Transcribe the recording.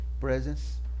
presence